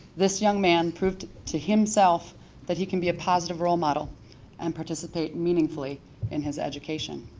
this young man proved to himself that he can be a positive role model and participate meaningfully in his education.